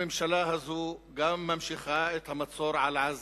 הממשלה הזאת ממשיכה גם את המצור על עזה.